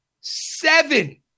seven